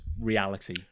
reality